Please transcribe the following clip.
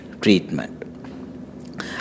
treatment